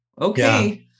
Okay